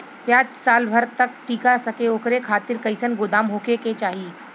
प्याज साल भर तक टीका सके ओकरे खातीर कइसन गोदाम होके के चाही?